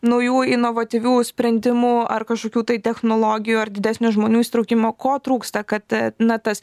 naujų inovatyvių sprendimų ar kažkokių tai technologijų ar didesnio žmonių įsitraukimo ko trūksta kad na tas